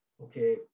okay